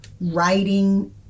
writing